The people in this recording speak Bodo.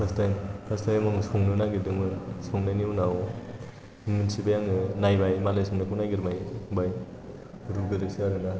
फार्स्ट टाइम आं संनो नागिरदोंमोन संनायनि उनाव मिन्थिबाय आङो नायबाय मालाय संनायखौ नायग्रोबाय रुग्रोयोसो आरोना